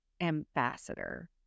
ambassador